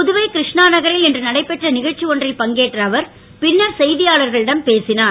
புதுவை இருஷ்ணா நகரில் இன்று நடைபெற்ற நிகழ்ச்சி ஒன்றில் பங்கேற்ற அவர் பின்னர் செய்தியாளர்களிடம் பேசினார்